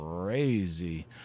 crazy